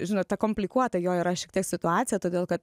žinot ta komplikuota jo yra šiek tiek situacija todėl kad